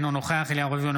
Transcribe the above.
אינו נוכח אליהו רביבו,